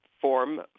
form